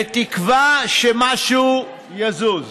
בתקווה שמשהו יזוז.